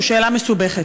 היא שאלה מסובכת.